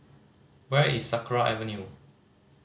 where is Sakra Avenue